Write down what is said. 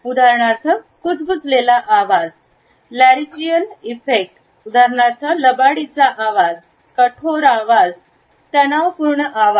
उदाहरणार्थ कुजबुजलेला आवाज लॅरींजियल इफेक्ट उदाहरणार्थ लबाडीचा आवाज कठोर आवाज तणावपूर्ण आवाज